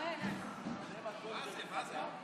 שבאה מעולם העסקים הקטנים